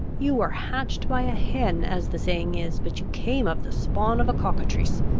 you were hatched by a hen, as the saying is, but you came of the spawn of a cockatrice.